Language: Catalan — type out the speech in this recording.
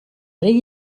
rei